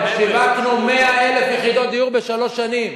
שיווקנו 100,000 יחידות דיור בשלוש שנים.